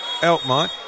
elkmont